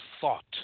thought